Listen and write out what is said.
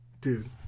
Dude